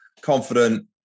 confident